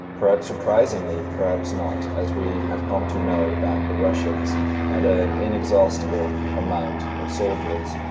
perhaps surprisingly, perhaps not, as we have come to know that the russians had an inexhaustible amount of soldiers,